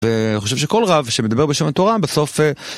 ואני חושב שכל רב שמדבר בשם התורה בסוף...